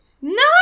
No